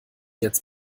jetzt